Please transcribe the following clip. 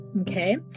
Okay